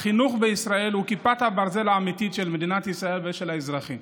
החינוך בישראל הוא כיפת הברזל האמיתית של מדינת ישראל ושל האזרחים.